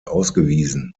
ausgewiesen